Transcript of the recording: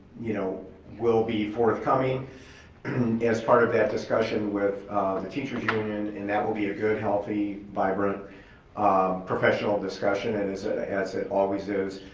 you know will be forthcoming as part of that discussion with the teachers union and that will be a good healthy vibrant professional discussion and ah as it always is,